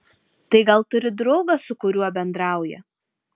tai gal turi draugą su kuriuo bendrauja